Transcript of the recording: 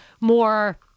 more